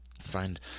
Find